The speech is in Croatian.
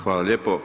Hvala lijepo.